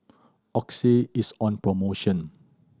Oxy is on promotion